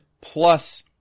plus